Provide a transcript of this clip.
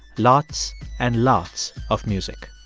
lots and lots of music